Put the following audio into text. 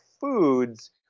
foods